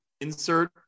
insert